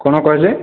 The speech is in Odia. କ'ଣ କହିଲେ